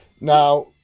now